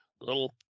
little